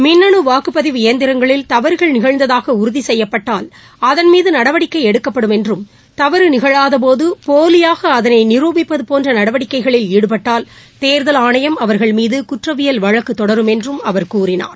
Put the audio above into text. மின்னனு வாக்குப்பதிவு இயந்திரங்களில் தவறுகள் நிகழ்ந்ததாக உறுதி செய்யப்பட்டால் அதன்மீது நடவடிக்கை எடுக்கப்படும் என்றும் தவறு நிகழாதபோது போலியாக அதனை நிரூபிப்பது போன்ற நடவடிக்கைகளில் ஈடுபட்டால் தேர்தல் ஆணையம் அவர்கள் மீது குற்றவியல் வழக்கு தொடரும் என்று அவர் கூறினார்